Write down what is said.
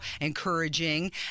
encouraging